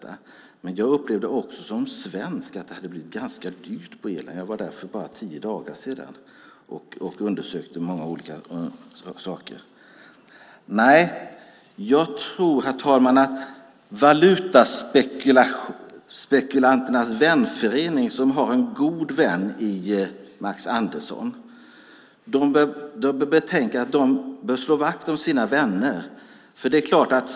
Som svensk upplevde jag att det hade blivit ganska dyrt på Irland; jag var där för bara tio dagar sedan och undersökte olika saker. Jag tror, herr talman, att valutaspekulanternas vänförening, som har en god vän i Max Andersson, bör slå vakt om sina vänner.